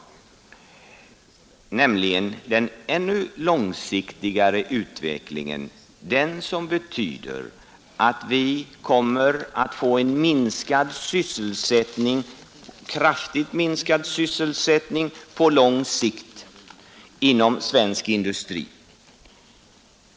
Det gäller den ännu långsiktigare utvecklingen, som betyder att vi måste få en kraftigt minskad sysselsättning på lång sikt inom svensk industri.